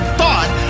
thought